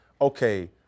okay